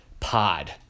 pod